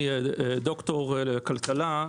אני דוקטור לכלכלה.